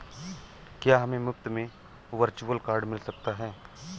क्या हमें मुफ़्त में वर्चुअल कार्ड मिल सकता है?